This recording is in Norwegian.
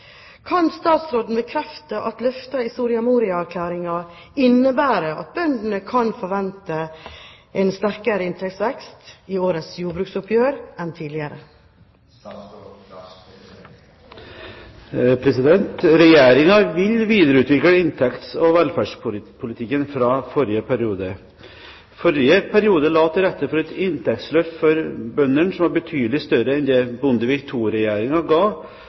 Kan statsråden bekrefte at løftene i Soria Moria-erklæringen innebærer at bøndene kan forvente en sterkere inntektsvekst i årets jordbruksoppgjør enn tidligere?» Regjeringen vil videreutvikle inntekts- og velferdspolitikken fra forrige periode. Forrige periode la til rette for et inntektsløft for bøndene som er betydelig større enn det Bondevik II-regjeringen ga,